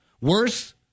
worse